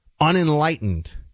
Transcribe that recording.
unenlightened